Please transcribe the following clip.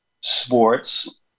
sports